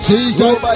Jesus